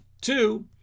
Two